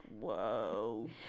whoa